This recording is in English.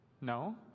No